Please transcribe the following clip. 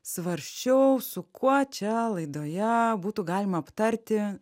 svarsčiau su kuo čia laidoje būtų galima aptarti